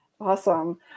Awesome